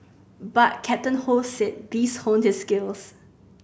but Captain Ho said these honed his skills